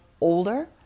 older